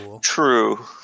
true